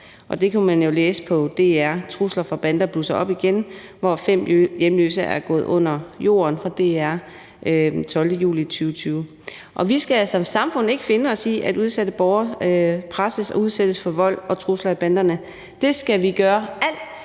Det kan man jo læse om på DR: »Trusler fra bander blusser op igen: Fem hjemløse er gået under jorden«, der er fra den 12. juli 2020. Vi skal som samfund ikke finde os i, at udsatte borgere presses og udsættes for vold og trusler af banderne. Det skal vi gøre alt,